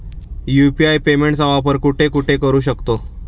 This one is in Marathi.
यु.पी.आय पेमेंटचा वापर कुठे कुठे करू शकतो?